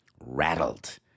rattled